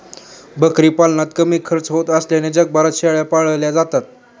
बकरी पालनात कमी खर्च होत असल्याने जगभरात शेळ्या पाळल्या जातात